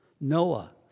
Noah